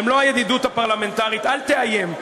במלוא הידידות הפרלמנטרית: אל תאיים.